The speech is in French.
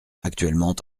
actuellement